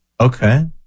okay